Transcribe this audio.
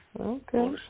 Okay